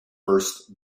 first